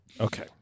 okay